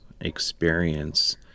experience